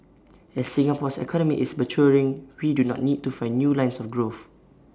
as Singapore's economy is maturing we do not need to find new lines of growth